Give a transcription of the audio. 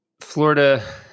Florida